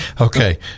okay